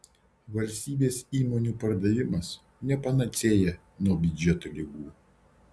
valstybės įmonių pardavimas ne panacėja nuo biudžeto ligų